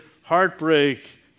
heartbreak